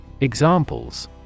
Examples